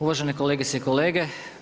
Uvažene kolegice i kolege.